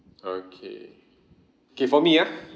okay K for me ah